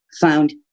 found